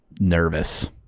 nervous